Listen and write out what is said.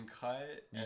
cut